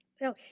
no